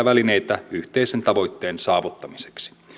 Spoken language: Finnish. välineitä yhteisen tavoitteen saavuttamiseksi